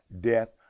death